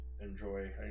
enjoy